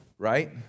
right